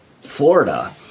Florida